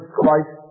Christ